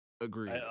Agreed